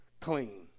clean